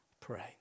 pray